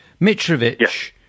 Mitrovic